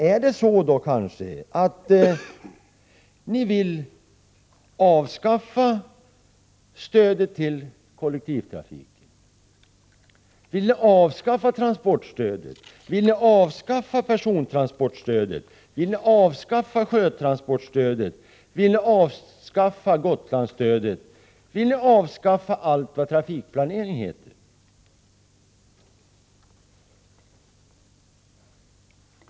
Är det då kanske så att ni vill avskaffa stödet till kollektivtrafiken, avskaffa transportstödet, avskaffa persontransportstödet, avskaffa sjötransportstödet, avskaffa Gotlandsstödet, avskaffa allt vad trafikplanering heter?